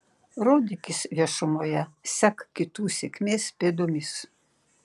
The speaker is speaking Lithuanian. rodykis viešumoje sek kitų sėkmės pėdomis